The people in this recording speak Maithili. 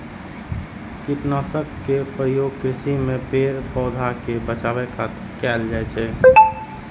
कीटनाशक के प्रयोग कृषि मे पेड़, पौधा कें बचाबै खातिर कैल जाइ छै